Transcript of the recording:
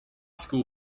school